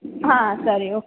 ಹಾಂ ಸರಿ ಓಕೆ